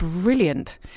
Brilliant